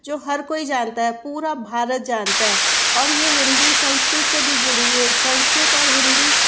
जो हर कोई जानता है पूरा भारत जानता है और यह हिंदी संस्कृत से भी जुड़ी हुई है संस्कृत और हिंदी